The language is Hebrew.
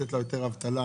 לתת לו יותר אבטלה,